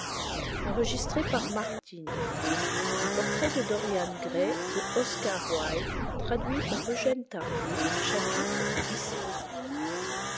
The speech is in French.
le portrait de dorian gray par oscar wilde i